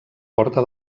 porta